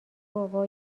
بابا